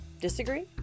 Disagree